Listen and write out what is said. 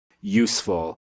useful